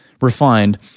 refined